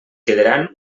quedaran